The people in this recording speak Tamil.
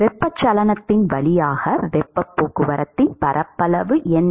வெப்பச்சலனத்தின் வழியாக வெப்பப் போக்குவரத்தின் பரப்பளவு என்ன